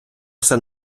все